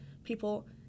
People